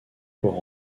pour